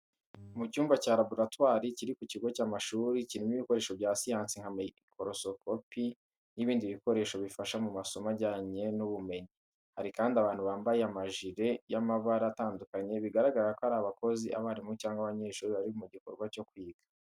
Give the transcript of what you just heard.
Mu cyumba cya laboratwari kiri mu kigo cy’amashuri, kirimo ibikoresho bya siyansi nka mikorosipikopi n’ibindi bikoresho bifasha mu masomo ajyanye n’ubumenyi. Hari kandi abantu bambaye amajire y'amabara atandukanye bigaragara ko ari abakozi, abarimu cyangwa abanyeshuri bari mu gikorwa cyo kwiga.